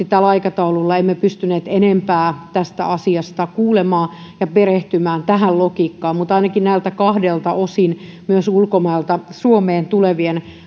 tällä aikataululla emme pystyneet enempää tästä asiasta kuulemaan ja perehtymään tähän logiikkaan mutta ainakin näiltä kahdelta osin myös ulkomailta suomeen tulevien